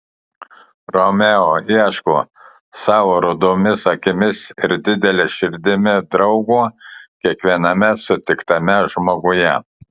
romeo ieško savo rudomis akimis ir didele širdimi draugo kiekviename sutiktame žmoguje